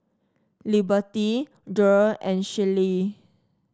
Liberty Jere and Shellie